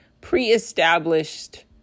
pre-established